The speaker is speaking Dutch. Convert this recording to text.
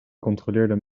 controleerde